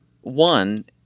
one